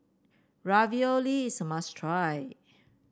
ravioli is a must try